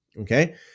Okay